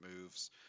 moves